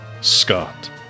Scott